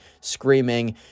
screaming